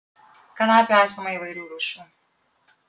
kanapių esama įvairių rūšių